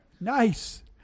Nice